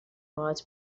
باهات